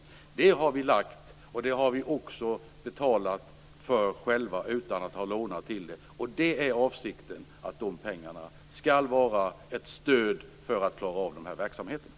Det förslaget har vi lagt fram och det finansierar vi också själva utan att låna pengar. Avsikten är att dessa pengar skall vara ett stöd för kommunerna så att de klarar av dessa verksamheter.